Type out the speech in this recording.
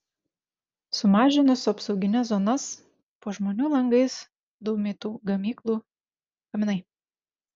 sumažinus apsaugines zonas po žmonių langais dūmytų gamyklų kaminai